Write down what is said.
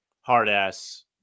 hard-ass